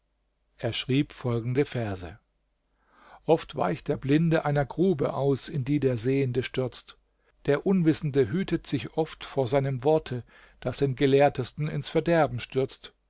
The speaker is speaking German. er schrieb folgende verse oft weicht der blinde einer grube aus in die der sehende stürzt der unwissende hütet sich oft vor einem worte das den gelehrtesten ins verderben stürzt